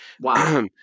Wow